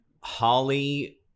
Holly